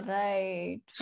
right